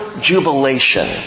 jubilation